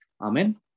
Amen